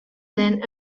than